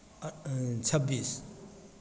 अ छब्बीस